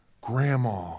Grandma